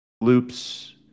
loops